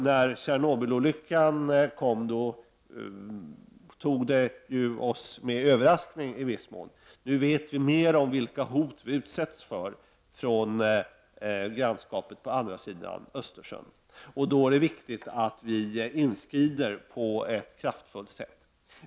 När Tjernobylolyckan inträffade tog den ju oss i viss mån med överraskning. Nu vet vi mer om vilka hot vi utsätts för från grannskapet på andra sidan Östersjön. Då är det viktigt att vi inskrider på ett kraftfullt sätt.